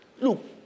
look